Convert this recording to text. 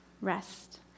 rest